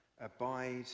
Abide